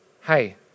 hey